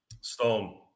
Stone